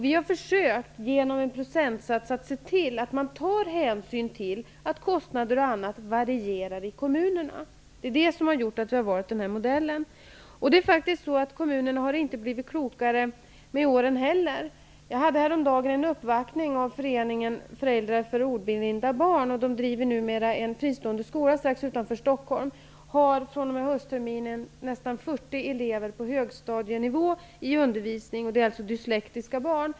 Vi har försökt att med hjälp av en procentsats se till att det tas hänsyn till att kostnader och annat varierar i kommunerna. Det är det som har gjort att vi har valt denna modell. Kommunerna har inte heller blivit klokare med åren. Jag blev häromdagen uppvaktad av Föreningen driver numera en fristående skola strax utanför Stockholm. Från höstterminens början finns nästan 40 elever på högstadienivå i undervisningen. Det är alltså fråga om dyslektiska barn.